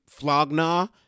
Flogna